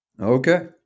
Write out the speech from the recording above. Okay